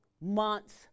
months